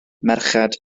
merched